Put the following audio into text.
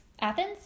Athens